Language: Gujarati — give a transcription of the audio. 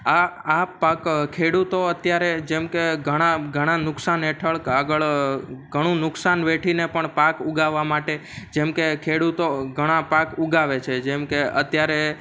આ આ પાક ખેડૂતો અત્યારે જેમ કે ઘણા ઘણા નુકસાન હેઠળ આગળ ઘણું નુકસાન વેઠીને પણ પાક ઉગાવા માટે જેમકે ખેડૂતો ઘણા પાક ઉગાવે છે જેમકે અત્યારે